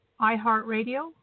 iHeartRadio